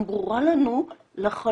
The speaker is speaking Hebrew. גם ברור לנו לחלוטין,